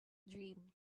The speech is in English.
dream